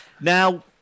Now